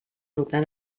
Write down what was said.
notar